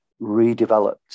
redeveloped